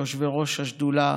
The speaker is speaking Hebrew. ליושבי-ראש השדולה,